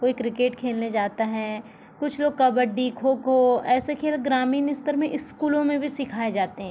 कोई क्रिकेट खेलने जाता है कुछ लोग कब्बडी खो खो ऐसे खेल ग्रामीण स्तर में स्कूलों में भी सिखाए जाते हैं